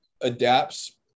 adapts